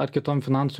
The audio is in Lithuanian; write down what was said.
ar kitom finansų